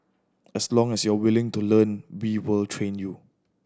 as long as you're willing to learn we will train you